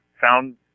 found